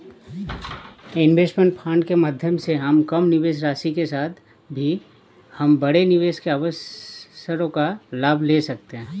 investment fund के माध्यम से हम कम निवेश राशि के साथ भी हम बड़े निवेश के अवसरों का लाभ ले सकते हैं